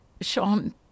Sean